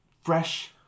fresh